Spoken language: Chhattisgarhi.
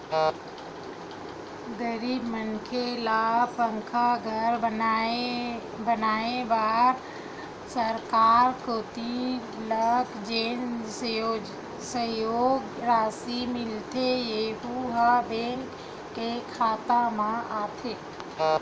गरीब मनखे ल पक्का घर बनवाए बर सरकार कोती लक जेन सहयोग रासि मिलथे यहूँ ह बेंक के खाता म आथे